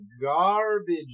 garbage